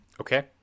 okay